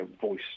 voice